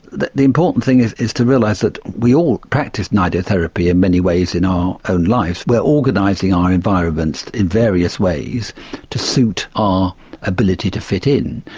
the the important thing is is to realise that we all practise nidotherapy in many ways in our own lives, we are organising our environments in various ways to suit our ability to fit in.